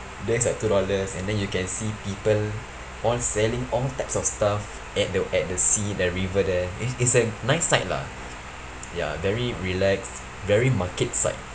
there it's like two dollars and then you can see people all selling all types of stuff at the at the sea the river there is is a nice site lah ya very relax very market site